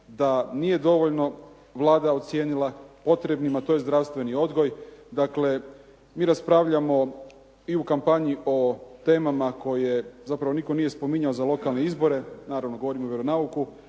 da nije dovoljno Vlada ocijenila potrebnim, a to je zdravstveni odgoj. Dakle, mi raspravljamo i u kampanji o temama koje zapravo nitko nije spominjao za lokalne izbore, naravno govorim o vjeronauku,